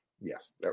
yes